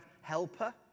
helper